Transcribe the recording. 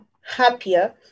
happier